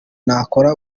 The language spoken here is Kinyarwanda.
nakora